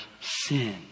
sin